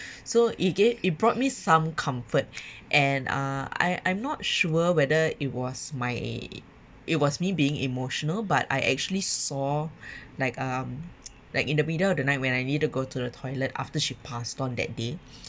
so it gave it brought me some comfort and uh I I'm not sure whether it was my it was me being emotional but I actually saw like um like in the middle of the night when I need to go to the toilet after she passed on that day